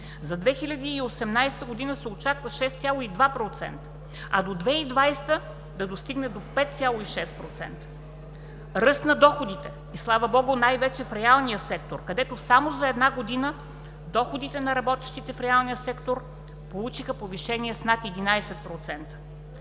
за 2018 г. се очаква 6,2%, а до 2020 г. да достигне до 5,6%. Ръст на доходите. Слава богу, най-вече в реалния сектор, където само за една година, доходите на работещите в реалния сектор получиха повишение с над 11%.